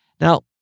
Now